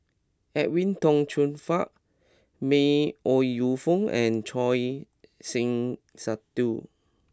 Edwin Tong Chun Fai May Ooi Yu Fen and Choor Singh Sidhu